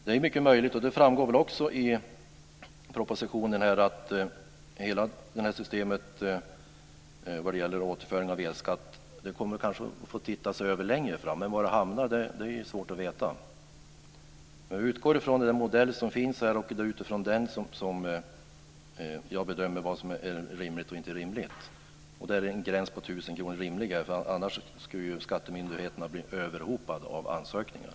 Det är väl mycket möjligt, och det framgår också i propositionen, att hela systemet vad gäller återföring av elskatt får man kanske titta över längre fram. Men var det hamnar är svårt att veta. Jag utgår från den modell som finns här, och det är utifrån den som jag bedömer vad som är rimligt och inte rimligt. Och då är en gräns på 1 000 kr rimligare, för annars skulle skattemyndigheterna bli överhopade av ansökningar.